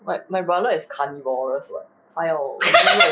like my brother is carnivorous [what] !aiya! I really don't know